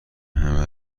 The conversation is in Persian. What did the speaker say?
همه